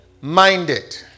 minded